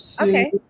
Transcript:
okay